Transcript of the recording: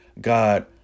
God